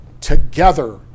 together